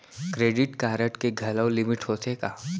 Credit card के घलव limit होथे का?